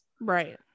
Right